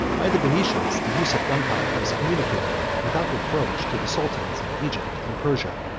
by the venetians, the use of gunpowder was communicated without reproach to the sultans of egypt and persia,